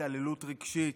התעללות רגשית.